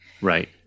Right